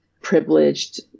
privileged